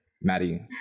Maddie